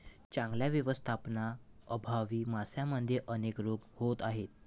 चांगल्या व्यवस्थापनाअभावी माशांमध्ये अनेक रोग होत आहेत